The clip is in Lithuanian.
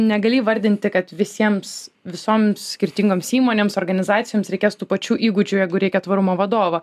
negali įvardinti kad visiems visoms skirtingoms įmonėms organizacijoms reikės tų pačių įgūdžių jeigu reikia tvarumo vadovo